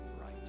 right